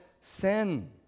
sin